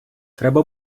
треба